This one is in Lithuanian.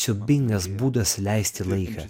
siaubingas būdas leisti laiką